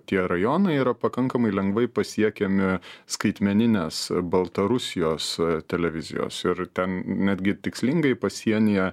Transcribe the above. tie rajonai yra pakankamai lengvai pasiekiami skaitmeninės baltarusijos televizijos ir ten netgi tikslingai pasienyje